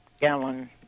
gallon